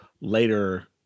later